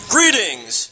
Greetings